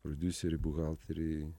prodiuseriai buhalteriai